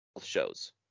shows